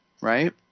Right